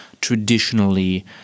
traditionally